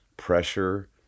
pressure